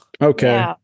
Okay